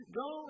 go